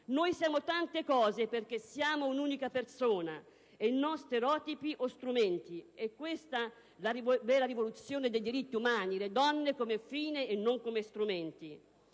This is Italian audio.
Noi siamo tante cose perché siamo un'unica persona e non stereotipi o strumenti. È questa la vera rivoluzione dei diritti umani: le donne come fine e non come strumenti.